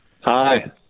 Hi